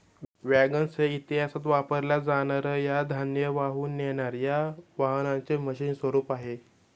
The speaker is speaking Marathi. वॅगन्स हे इतिहासात वापरल्या जाणार या धान्य वाहून नेणार या वाहनांचे मशीन स्वरूप आहे